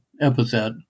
epithet